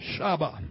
Shabbat